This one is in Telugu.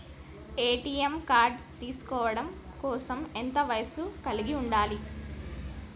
ఏ.టి.ఎం కార్డ్ తీసుకోవడం కోసం ఎంత వయస్సు కలిగి ఉండాలి?